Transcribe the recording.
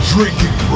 Drinking